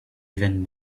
even